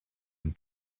and